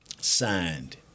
signed